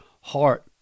heart